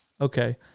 Okay